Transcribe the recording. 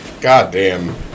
goddamn